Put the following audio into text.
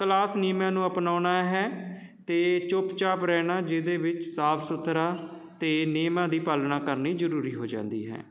class ਨਿਯਮਾਂ ਨੂੰ ਅਪਣਾਉਣਾ ਹੈ ਅਤੇ ਚੁੱਪ ਚਾਪ ਰਹਿਣਾ ਜਿਹਦੇ ਵਿੱਚ ਸਾਫ ਸੁਥਰਾ ਅਤੇ ਨਿਯਮਾਂ ਦੀ ਪਾਲਣਾ ਕਰਨੀ ਜ਼ਰੂਰੀ ਹੋ ਜਾਂਦੀ ਹੈ